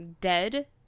dead